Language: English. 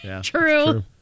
True